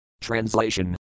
Translation